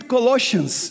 Colossians